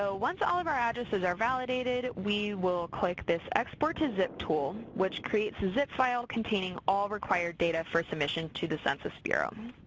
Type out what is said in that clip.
so once all of our addresses are validated, we will click this export to zip tool, which creates the zip file containing all required data for submission to the census bureau.